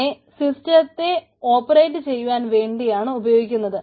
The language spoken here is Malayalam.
ഇതിനെ സിസ്റ്റത്തെ ഓപ്പറേറ്റ് ചെയ്യുവാൻ വേണ്ടിയാണ് ഉപയോഗിക്കുന്നത്